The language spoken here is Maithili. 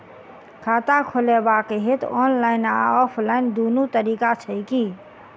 खाता खोलेबाक हेतु ऑनलाइन आ ऑफलाइन दुनू तरीका छै की?